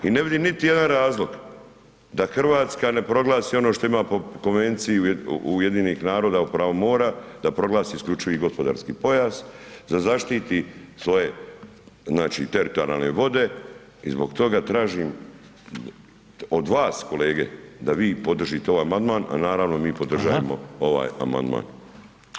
I ne vidim niti jedan razlog da Hrvatska ne proglasi ono što ima po Konvenciji UN-a o pravu mora, da proglasi isključivi gospodarski pojas, da zaštiti svoje znači teritorijalne vode i zbog toga tražim od vas kolege da vi podržite ovaj amandman a naravno mi podržavamo ovaj amandman.